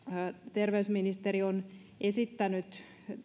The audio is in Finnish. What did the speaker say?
terveysministeri on esittänyt